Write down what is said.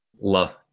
love